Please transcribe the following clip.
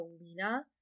Alina